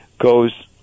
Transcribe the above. goes